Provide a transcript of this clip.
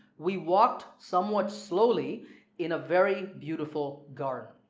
we walked somewhat slowly in a very beautiful garden.